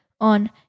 on